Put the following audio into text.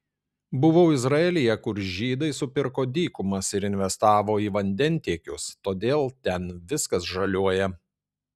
buvau izraelyje kur žydai supirko dykumas ir investavo į vandentiekius todėl ten viskas žaliuoja